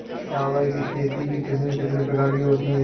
चावल की खेती की किस्में कितने प्रकार की होती हैं?